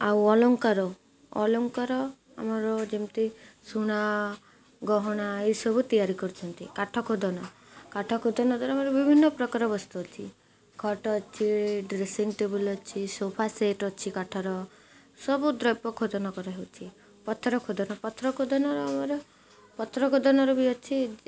ଆଉ ଅଳଙ୍କାର ଅଳଙ୍କାର ଆମର ଯେମିତି ସୁୁନା ଗହଣା ଏସବୁ ତିଆରି କରିୁଛନ୍ତି କାଠ ଖୋଦନ କାଠ ଖୋଦନ ଦ୍ୱାରା ଆମର ବିଭିନ୍ନ ପ୍ରକାର ବସ୍ତୁ ଅଛି ଖଟ ଅଛି ଡ୍ରେସିଂ ଟେବୁଲ୍ ଅଛି ସୋଫା ସେଟ୍ ଅଛି କାଠର ସବୁ ଦ୍ରବ୍ୟ ଖୋଦନ କରାହେଉଛି ପଥର ଖୋଦନ ପଥର ଖୋଦନର ଆମର ପଥର ଖୋଦନାର ବି ଅଛି